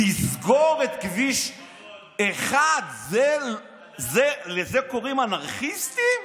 לסגור את כביש 1 להם קוראים אנרכיסטים?